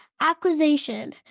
acquisition